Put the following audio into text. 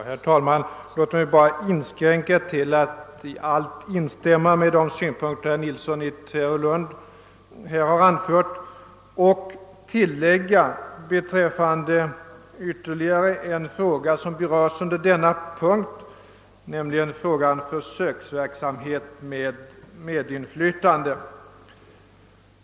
Herr talman! Jag skall inskränka mig till att i allt instämma i de synpunkter herr Nilsson i Tvärålund här har anfört och bara göra ett tillägg beträffande en fråga som berörs under denna punkt, nämligen frågan om försöksverksamhet med medinflytande.